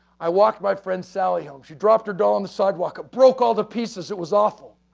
i walked my friend sally home, she dropped her doll on the sidewalk, broke all the pieces. it was awful.